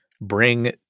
bring